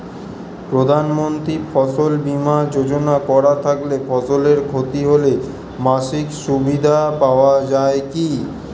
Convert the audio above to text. প্রধানমন্ত্রী ফসল বীমা যোজনা করা থাকলে ফসলের ক্ষতি হলে মাসিক সুবিধা পাওয়া য়ায় কি?